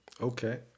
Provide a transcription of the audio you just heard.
Okay